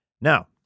Now